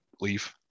Leave